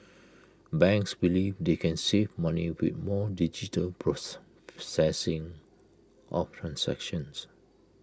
banks believe they can save money with more digital process processing of transactions